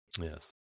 Yes